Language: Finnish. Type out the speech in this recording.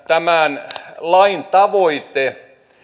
tämän lain tavoite